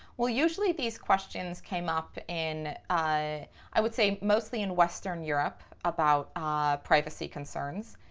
well, usually these questions came up in, i i would say, mostly in western europe about privacy concerns.